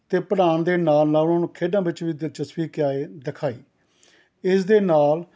ਅਤੇ ਪੜ੍ਹਾਉਣ ਦੇ ਨਾਲ ਨਾਲ ਉਹਨਾਂ ਨੂੰ ਖੇਡਾਂ ਵਿੱਚ ਵੀ ਦਿਲਚਸਪੀ ਕਿਆ ਹੈ ਦਿਖਾਈ ਇਸਦੇ ਨਾਲ